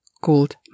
called